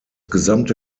gesamte